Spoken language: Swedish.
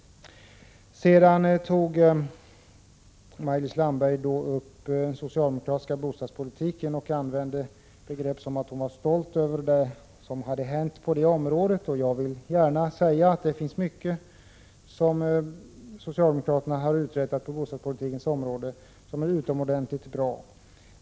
Maj-Lis Landberg talade också om den socialdemokratiska bostadspolitiken och sade sig vara stolt över vad som gjorts på detta område. Jag vill gärna säga att socialdemokraterna har uträttat mycket inom bostadspolitiken som är utomordentligt bra.